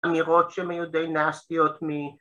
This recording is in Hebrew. ‫אמירות שהם היו די נאסטיות מ...